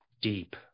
deep